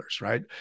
right